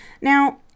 Now